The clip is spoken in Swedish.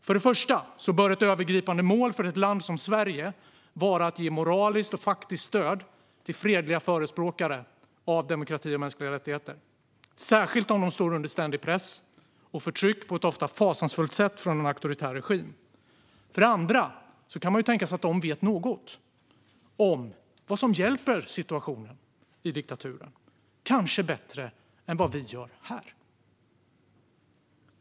För det första bör ett övergripande mål för ett land som Sverige vara att ge moraliskt och faktiskt stöd till fredliga förespråkare för demokrati och mänskliga rättigheter, särskilt om de står under ständig press och ständigt förtryck på ett ofta fasansfullt sätt från en auktoritär regim. För det andra kan man ju tänka sig att de vet något om vad som hjälper situationen i diktaturen, kanske bättre än vad vi gör här.